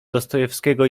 dostojewskiego